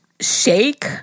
Shake